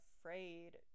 afraid